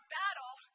battle